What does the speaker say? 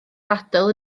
ddadl